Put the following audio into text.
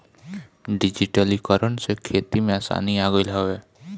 डिजिटलीकरण से खेती में आसानी आ गईल हवे